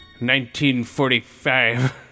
1945